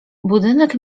budynek